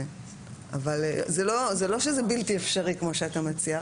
זה לא שזה בלתי אפשרי כמו שאתה מציע,